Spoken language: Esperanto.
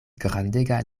grandega